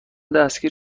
دستگیر